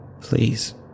Please